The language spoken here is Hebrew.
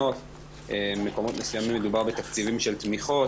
במקומות מסוימים מדובר בתקציבים של תמיכות,